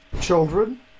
children